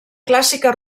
clàssica